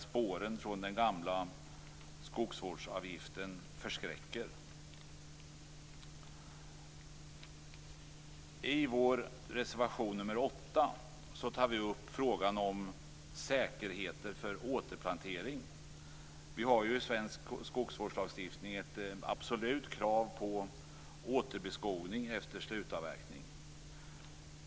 Spåren från den gamla skogsvårdsavgiften förskräcker. I reservation nr 8 tar vi upp frågan om säkerheter för återplantering. Det finns i svensk skogsvårdslagstiftning ett absolut krav på återbeskogning efter slutavverkning.